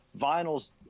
Vinyls